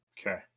Okay